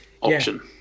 Option